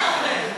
אין אוכל.